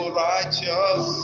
righteous